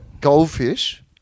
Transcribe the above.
goldfish